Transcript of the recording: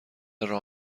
راه